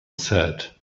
said